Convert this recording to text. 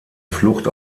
flucht